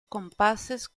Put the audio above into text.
compases